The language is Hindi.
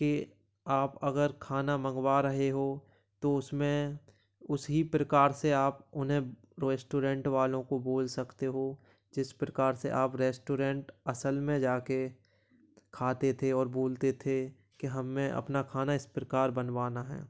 कि आप अगर खाना मंगवा रहे हो तो उसमें उसी प्रकार से आप उन्हें रोएस्टोरेंट वालों को बोल सकते हो जिस प्रकार से आप रेस्टोरेंट असल में जा कर खाते थे और बोलते थे कि हमें अपना खाना इस प्रकार बनवाना है